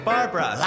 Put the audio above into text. Barbara